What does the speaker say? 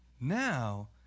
Now